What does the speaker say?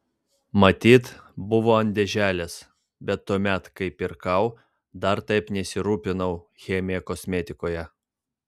matyt buvo ant dėželės bet tuomet kai pirkau dar taip nesirūpinau chemija kosmetikoje